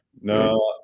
No